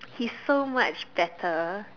he's so much better